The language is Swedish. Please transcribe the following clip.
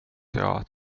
jag